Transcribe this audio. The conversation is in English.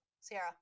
Sierra